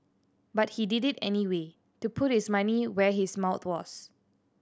but he did it anyway to put his money where his mouth was